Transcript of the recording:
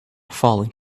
falling